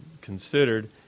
considered